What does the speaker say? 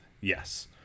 yes